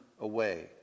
away